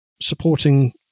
supporting